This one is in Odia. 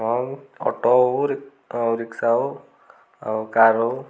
ହଁ ଅଟୋ ହଉ ରିକ୍ସା ହଉ ଆଉ କାର ହଉ